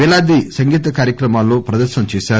పేలాది సంగీత కార్యక్రమాల్లో ప్రదర్శనలు చేశారు